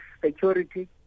security